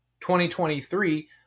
2023